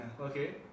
Okay